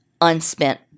unspent